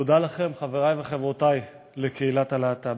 תודה לכם, חברי וחברותי לקהילת הלהט"ב.